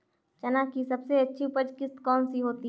चना की सबसे अच्छी उपज किश्त कौन सी होती है?